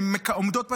הן עומדות בתנאים.